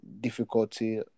difficulty